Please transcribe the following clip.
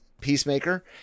Peacemaker